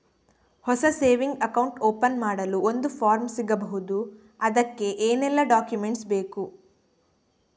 ಹೊಸ saving account open ಮಾಡಲು ಒಂದು ಫಾರ್ಮ್ ಸಿಗಬಹುದು? ಅದಕ್ಕೆ ಏನೆಲ್ಲಾ ಡಾಕ್ಯುಮೆಂಟ್ಸ್ ಬೇಕು?